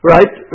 Right